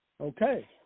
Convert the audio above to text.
Okay